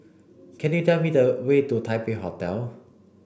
can you tell me the way to Taipei Hotel